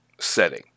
setting